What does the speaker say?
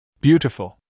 Beautiful